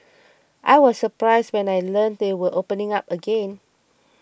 I was surprised when I learnt they were opening up again